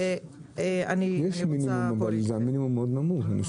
יש מינימום אבל הוא נמוך מאוד.